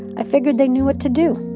i figured they knew what to do